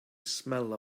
smell